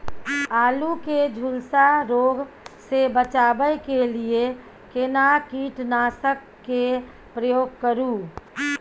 आलू के झुलसा रोग से बचाबै के लिए केना कीटनासक के प्रयोग करू